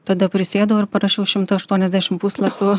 tada prisėdau ir parašiau šimtą aštuoniasdešim puslapių